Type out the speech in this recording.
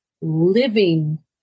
living